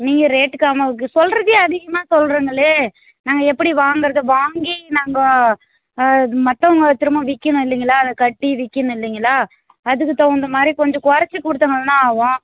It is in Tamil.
நீங்கள் ரேட்டு காம சொல்லுறதே அதிகமாக சொல்லுறீங்களே நாங்கள் எப்படி வாங்குறது வாங்கி நாங்க மற்றவங்களுக்கு திரும்ப விற்கணும் இல்லைங்களா அதை கட்டி விற்கிணும் இல்லைங்களா அதுக்கு தகுந்த மாதிரி கொஞ்சம் கொறைச்சி கொடுத்தங்கள்னா ஆகும்